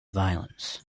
violence